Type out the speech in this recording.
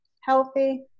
healthy